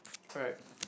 correct